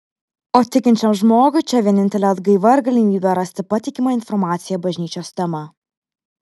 o tikinčiam žmogui čia vienintelė atgaiva ir galimybė rasti patikimą informaciją bažnyčios tema